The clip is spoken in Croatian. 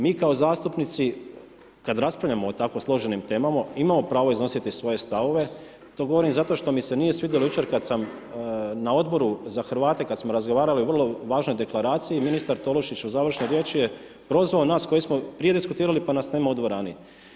Mi kao zastupnici kada raspravljamo o tako složenim temama imamo pravo iznositi svoje stavove, to govorim zato što mi se nije svidjelo jučer, na Odboru za Hrvate, kada smo razgovarali o vrlo važnoj deklaraciji, ministar Tolušić u završnoj riječi je prozvao nas koji smo prije diskutirali pa nas nema u dvorani.